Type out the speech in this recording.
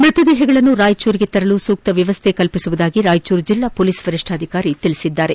ಮೃತದೇಪಗಳನ್ನು ರಾಯಚೂರಿಗೆ ತರಲು ಸೂಕ್ತ ವ್ಕವಸ್ಥೆ ಮಾಡುವುದಾಗಿ ರಾಯಚೂರು ಜಿಲ್ಲಾ ಮೊಲೀಸ್ ವರಿಷ್ಠಾಧಿಕಾರಿ ಹೇಳಿದ್ದಾರೆ